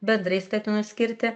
bedrai statinų skirti